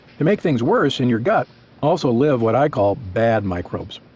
to make things worse in your gut also live what i call bad microbes,